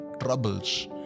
troubles